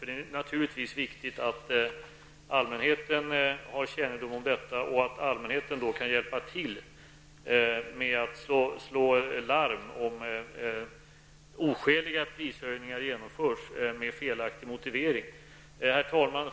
Det är naturligtvis viktigt att allmänheten har kännedom om detta och att allmänheten kan hjälpa till med att slå larm om oskäliga prishöjningar genomförs med en felaktig motivering. Herr talman!